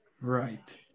Right